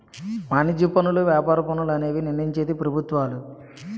వాణిజ్య పనులు వ్యాపార పన్నులు అనేవి నిర్ణయించేది ప్రభుత్వాలు